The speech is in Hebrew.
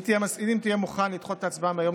אם תהיה מוכן לדחות את ההצבעה מהיום